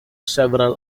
several